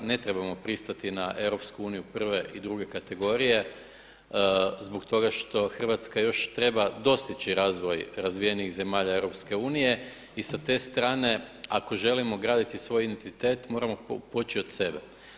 Ne trebamo pristati na EU prve i druge kategorije zbog toga što Hrvatska još treba dostići razvoj razvijenih zemalja EU i sa te strane ako želimo graditi svoj identitet moramo poći od sebe.